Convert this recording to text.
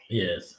yes